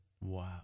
Wow